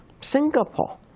Singapore